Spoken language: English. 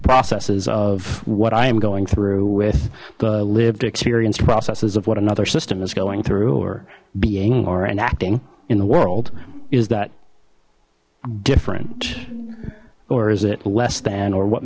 processes of what i am going through with the lived experience processes of what another system going through or being or enacting in the world is that different or is it less than or what